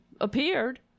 appeared